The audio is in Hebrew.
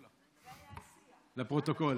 לפרוטוקול.